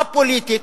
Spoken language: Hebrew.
הפוליטית,